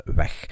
weg